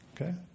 Okay